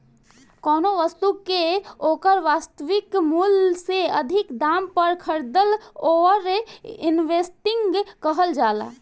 कौनो बस्तु के ओकर वास्तविक मूल से अधिक दाम पर खरीदला ओवर इन्वेस्टिंग कहल जाला